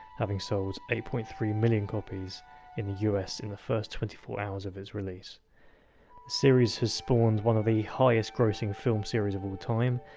having sold eight point three million copies in the us in the first twenty four hours of its release. the series has spawned one of the highest-grossing film series of all time,